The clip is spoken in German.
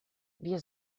wir